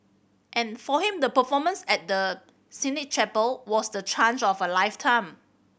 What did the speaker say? and for him the performance at the Sistine Chapel was the change of a lifetime